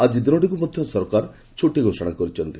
ଆକି ଦିନଟିକୁ ମଧ୍ୟ ସରକାର ଛୁଟି ଘୋଷଣା କରିଛନ୍ତି